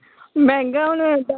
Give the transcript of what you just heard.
मैंह्गा होना